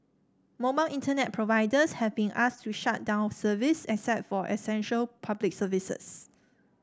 mobile Internet providers have been asked to shut down service except for essential Public Services